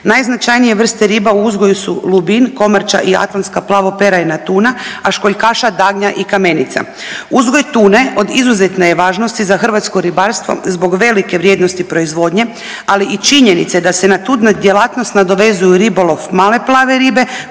Najznačajnije vrste riba u uzgoju su lubin, komarča i atlantska plavoperajna tuna, a školjkaša dagnja i kamenica. Uzgoj tune od izuzetne je važnosti za hrvatsko ribarstvo zbog velike vrijednosti proizvodnje, ali i činjenice da se na tu djelatnost nadovezuju ribolov male plave ribe